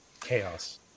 chaos